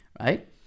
right